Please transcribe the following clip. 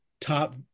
Top